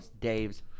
Dave's